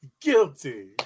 Guilty